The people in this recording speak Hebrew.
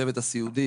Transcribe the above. הצוות הסיעודי,